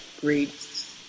great